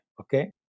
okay